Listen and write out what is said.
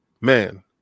man